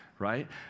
right